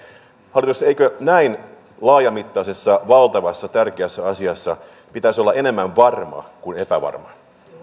hallitus eikö näin laajamittaisessa valtavassa tärkeässä asiassa pitäisi olla enemmän varma kuin epävarma